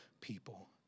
people